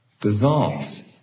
dissolves